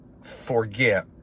forget